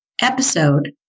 episode